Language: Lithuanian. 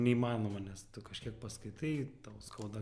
neįmanoma nes tu kažkiek paskaitai tau skauda